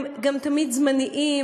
הם גם תמיד זמניים,